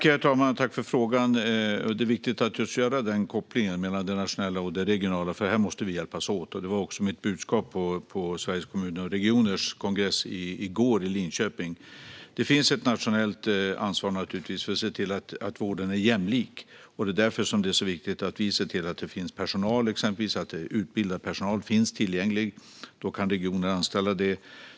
Herr talman! Tack för frågan! Det är viktigt att göra kopplingen mellan det nationella och det regionala. Här måste vi hjälpas åt. Det var också mitt budskap på Sveriges Kommuner och Regioners kongress i Linköping i går. Det finns naturligtvis ett nationellt ansvar för att se till att vården är jämlik. Därför är det så viktigt att vi exempelvis ser till att utbildad personal finns tillgänglig. Då kan regionerna anställa dem.